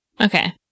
Okay